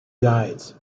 guides